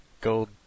Gold